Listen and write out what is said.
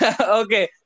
Okay